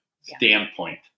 standpoint